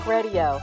Radio